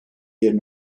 yerini